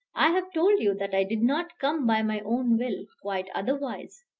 i have told you that i did not come by my own will quite otherwise.